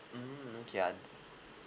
mm okay un~